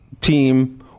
team